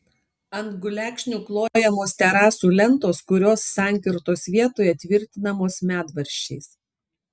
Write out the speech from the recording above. ant gulekšnių klojamos terasų lentos kurios sankirtos vietoje tvirtinamos medvaržčiais